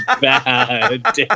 bad